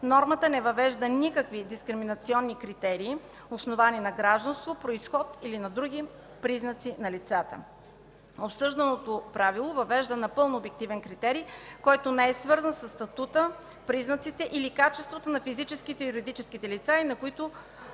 Нормата не въвежда никакви дискриминационни критерии, основани на гражданство, произход или на други признаци на лицата. Обсъжданото правило въвежда напълно обективен критерий, който не е свързан със статута, признаците или качеството на физическите и юридическите лица, на които